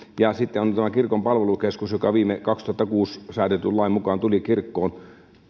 ja sitten on tämä kirkon palvelukeskus joka vuonna kaksituhattakuusi säädetyn lain mukaan tuli kirkkoon